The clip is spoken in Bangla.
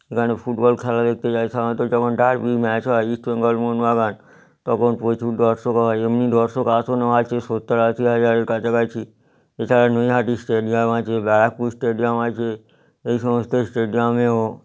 এখানে ফুটবল খেলা দেখতে যায় সাধারণত যখন ডার্বি ম্যাচ হয় ইস্ট বেঙ্গল মোহনবাগান তখন প্রচুর দর্শক হয় এমনি দর্শক আসনও আছে সত্তর আশি হাজারের কাছাকাছি এছাড়া নৈহাটি স্টেডিয়াম আছে ব্যারাকপুর স্টেডিয়াম আছে এই সমস্ত স্টেডিয়ামেও